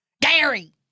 Gary